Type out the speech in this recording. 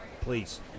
Please